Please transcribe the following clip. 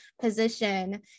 position